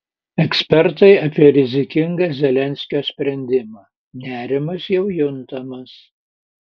ekspertai apie rizikingą zelenskio sprendimą nerimas jau juntamas